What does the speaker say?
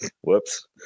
whoops